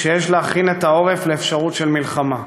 שיש להכין את העורף לאפשרות של מלחמה.